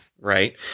right